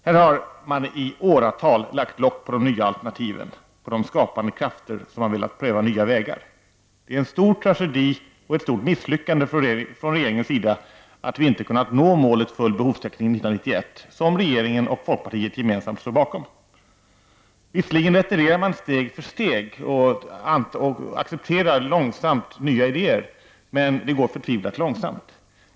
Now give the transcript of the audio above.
Här har regeringen i åratal lagt lock på de nya alternativen, på de skapande krafter som velat pröva nya vägar. Det är en stor tragedi och ett stort misslyckande från regeringens sida att vi inte kunnat nå målet full behovstäckning 1991 som regeringen och folkpartiet gemensamt står bakom. Visserligen retirerar man steg för steg och accepterar långsamt nya ideér, men det går förtvivlat långsamt.